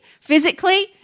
physically